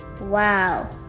Wow